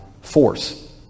force